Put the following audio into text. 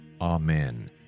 Amen